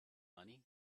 money